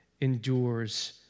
endures